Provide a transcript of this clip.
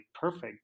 perfect